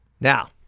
now